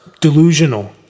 delusional